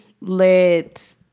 let